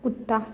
कुत्ता